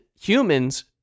humans